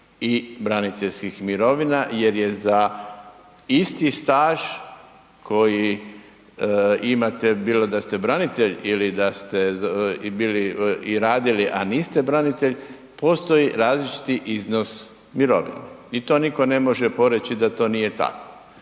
i braniteljskih mirovina jer je za isti staž koji imate, bilo da ste branitelj ili da ste bili i radili, a niste branitelj, postoji različiti iznos mirovine i to nitko ne može poreći da to nije tako.